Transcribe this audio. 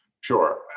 Sure